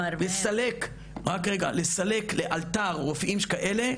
לסלק לאלתר רופאים שכאלה,